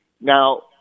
Now